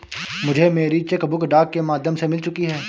मुझे मेरी cheque book डाक के माध्यम से मिल चुकी है